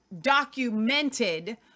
documented